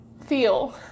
feel